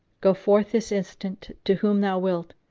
go forth this instant to whom thou wilt,